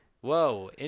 Whoa